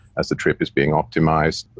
as the trip is being optimized,